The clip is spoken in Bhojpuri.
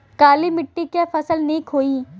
काली मिट्टी क फसल नीक होई?